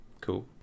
cool